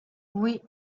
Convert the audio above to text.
oui